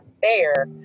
fair